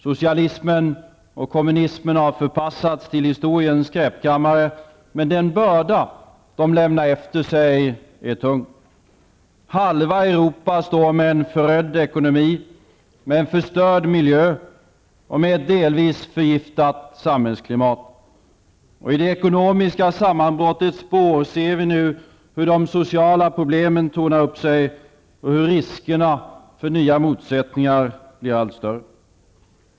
Socialismen och kommunismen har förpassats till historiens skräpkammare. Men den börda de lämnat efter sig är tung. Halva Europa står med en förödd ekonomi, med en förstörd miljö och med ett delvis förgiftat samhällsklimat. I det ekonomiska sammanbrottets spår ser vi nu hur de sociala problemen tornar upp sig och hur rikserna för nya motsättningar blir allt större.